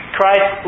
Christ